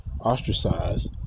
ostracized